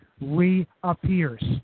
reappears